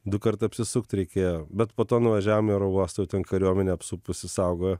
dukart apsisukt reikėjo bet po to nuvažiavom į oro uostą jau ten kariuomenė apsupusi saugojo